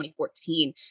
2014